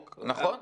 נכון.